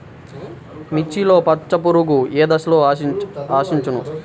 మిర్చిలో పచ్చ పురుగు ఏ దశలో ఆశించును?